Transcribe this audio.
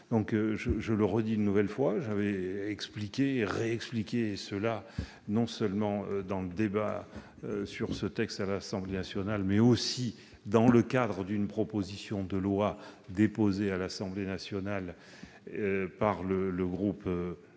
le souhait du Gouvernement. J'ai expliqué et réexpliqué cela non seulement lors de l'examen de ce texte par l'Assemblée nationale, mais aussi dans le cadre d'une proposition de loi déposée à l'Assemblée nationale par le groupe